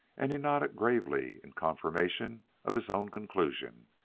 and he nodded gravely in confirmation of his own conclusions.